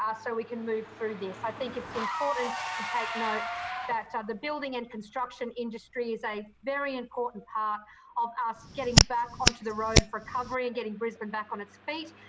ah we can move through this. i think it's important to take note that ah the building and construction industry is a very important part of us getting back onto the road of recovery and getting brisbane back on its feet.